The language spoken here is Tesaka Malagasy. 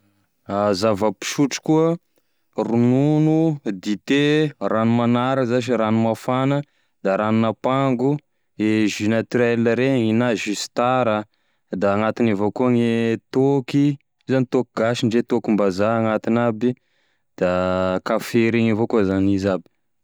Zava-pisotro koa: ronono, dite, rano magnara zasy e ranomafana, ranon'ampango, jus naturel reny na jus star a, da agnatiny evao koa gne taoky io zany taoky gasy ndre taokim-bazaha anatiny aby, da kafe reny avao koa zany izy aby.